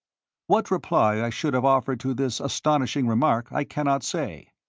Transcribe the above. what reply i should have offered to this astonishing remark i cannot say,